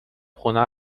خونه